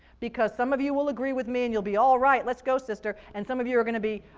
because some of you will agree with me, and you'll be, alright! let's go, sister! and some of you are going to be,